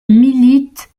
militent